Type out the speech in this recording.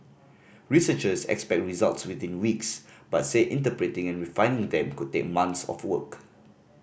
researchers expect results within weeks but say interpreting and refining them could take months of work